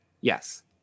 yes